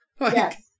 Yes